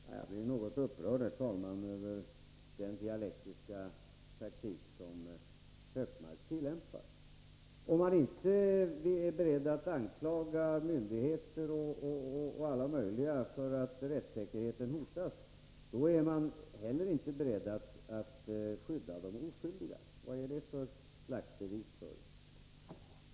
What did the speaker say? Herr talman! Jag blir något upprörd över den dialektiska taktik som Gunnar Hökmark tillämpar. Om man inte är beredd att anklaga myndigheter och alla möjliga för att rättssäkerheten hotas, då är man heller inte beredd att skydda de oskyldiga, menar Gunnar Hökmark. Vad är det för slags bevisföring?